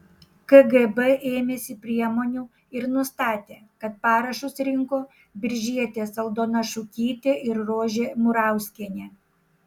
kgb ėmėsi priemonių ir nustatė kad parašus rinko biržietės aldona šukytė ir rožė murauskienė